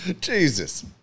Jesus